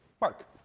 Mark